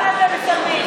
כמה אתם משמנים.